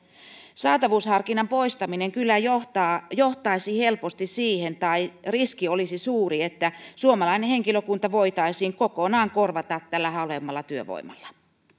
saatavuusharkinnan poistaminen kyllä johtaisi helposti siihen tai riski olisi suuri että suomalainen henkilökunta voitaisiin kokonaan korvata tällä halvemmalla työvoimalla